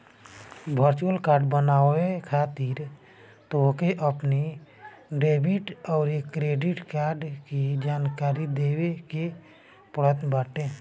virtual card बनवावे खातिर तोहके अपनी डेबिट अउरी क्रेडिट कार्ड के जानकारी देवे के पड़त बाटे